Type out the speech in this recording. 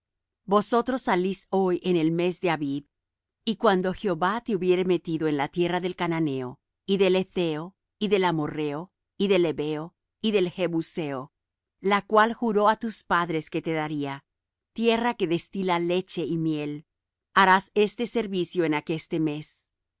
vosotros salís hoy en el mes de abib y cuando jehová te hubiere metido en la tierra del cananeo y del hetheo y del amorrheo y del hebeo y del jebuseo la cual juró á tus padres que te daría tierra que destila leche y miel harás esta servicio en aqueste mes